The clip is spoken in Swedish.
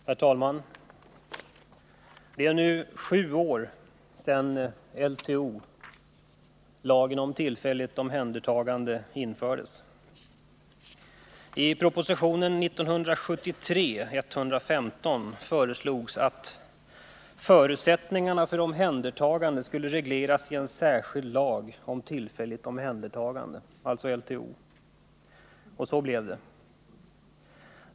Herr talman! Det är nu sju år sedan LTO, lagen om tillfälligt omhändertagande, infördes. I propositionen 1973:115 föreslogs att förutsättningarna för omhändertagande skulle regleras i en särskild lag om tillfälligt omhändertagande, alltså LTO. Och så blev det.